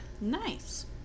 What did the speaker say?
Nice